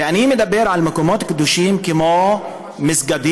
ואני מדבר על מקומות קדושים כמו מסגדים,